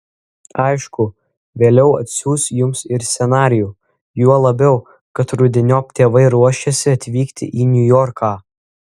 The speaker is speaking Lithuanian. aišku vėliau atsiųs jums ir scenarijų juo labiau kad rudeniop tėvai ruošiasi atvykti į niujorką